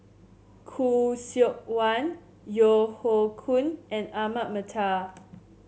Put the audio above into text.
Khoo Seok Wan Yeo Hoe Koon and Ahmad Mattar